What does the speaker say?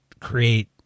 create